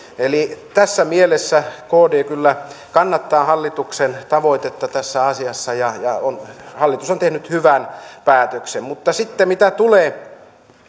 tässä mielessä kd kyllä kannattaa hallituksen tavoitetta tässä asiassa ja hallitus on tehnyt hyvän päätöksen mutta sitten mitä tulee